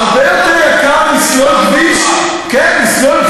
הרבה יותר יקר לסלול כביש להרים.